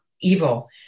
evil